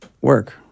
work